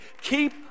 Keep